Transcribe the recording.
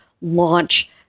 launch